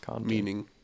Meaning